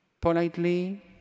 politely